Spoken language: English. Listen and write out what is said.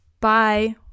Bye